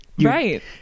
right